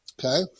okay